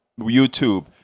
youtube